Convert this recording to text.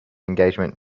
engagement